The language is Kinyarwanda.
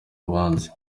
urubanza